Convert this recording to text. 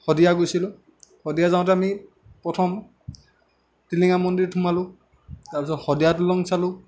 শদিয়া গৈছিলোঁ শদিয়া যাওঁতে আমি প্ৰথম টিলিঙা মন্দিৰত সোমালোঁ তাৰপিছত শদিয়া দলং চালোঁ